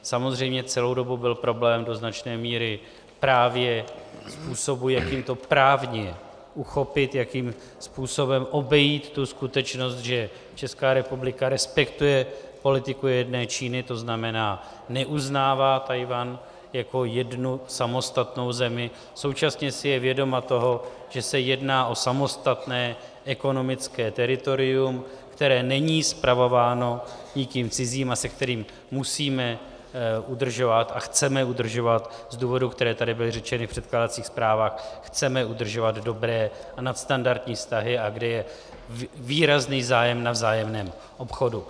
Samozřejmě celou dobu byl problém do značné míry právě způsobu, jakým to právně uchopit, jakým způsobem obejít tu skutečnost, že ČR respektuje politiku jedné Číny, to znamená, neuznává Tchajwan jako jednu samostatnou zemi, současně si je vědoma toho, že se jedná o samostatné ekonomické teritorium, které není spravováno nikým cizím a se kterým musíme udržovat a chceme udržovat z důvodů, které tady byly řečeny v předkládacích zprávách dobré a nadstandardní vztahy, a kde je výrazný zájem na vzájemném obchodu.